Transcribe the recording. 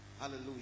Hallelujah